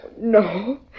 No